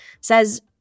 says